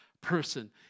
person